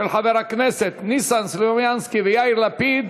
של חברי הכנסת ניסן סלומינסקי ויאיר לפיד.